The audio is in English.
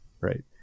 right